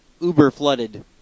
uber-flooded